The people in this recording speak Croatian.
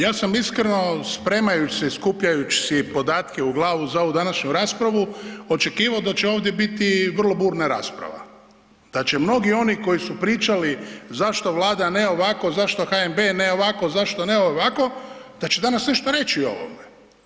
Ja sam iskreno spremajuć se i skupljajuć si podatke u glavu za ovu današnju raspravu očekivo da će ovdje biti vrlo burna rasprava, da će mnogi oni koji su pričali zašto Vlada ne ovako, zašto HNB ne ovako, zašto ne ovako, da će danas nešto reći o ovome.